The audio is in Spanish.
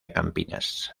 campinas